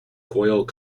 coyle